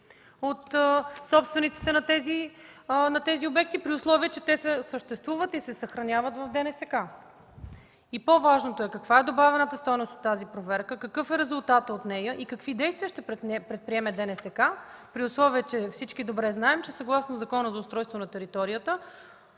от собствениците, при условие че те съществуват и се съхраняват в ДНСК? И по важното е: каква е добавената стойност от тази проверка, какъв е резултатът от нея и какви действия ще предприеме ДНСК, при условие че всички добре знаем, че съгласно Закона за устройство на територията